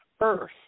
Earth